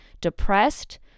depressed